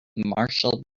marshall